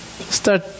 start